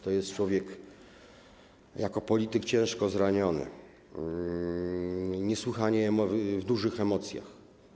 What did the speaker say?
To jest człowiek jako polityk ciężko zraniony, w niesłychanie dużych emocjach.